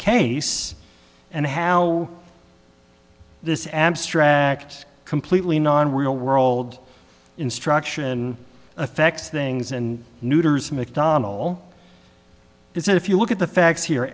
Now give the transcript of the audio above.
case and how this abstract completely non real world instruction affects things and neuters mcdonnell is if you look at the facts here